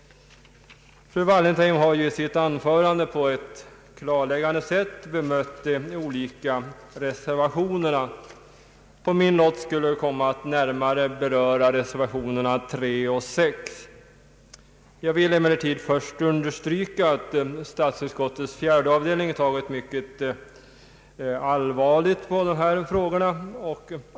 Fru Wallentheim har i sitt anförande på ett klarläggande sätt bemött de olika reservationerna. På min lott skulle komma att närmare beröra reservationerna 3 och 6 i statsutskottets utlåtande nr 105. Jag vill emellertid först understryka att statsutskottets fjärde avdelning tagit mycket allvarligt på denna fråga.